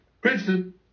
Princeton